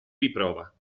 riprova